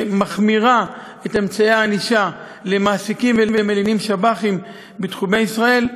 שמחמירה את הענישה על מעסיקים ומלינים של שב"חים בתחומי ישראל,